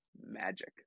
Magic